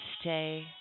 stay